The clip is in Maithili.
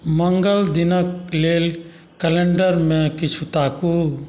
मङ्गल दिनक लेल कैलेण्डरमे किछु ताकू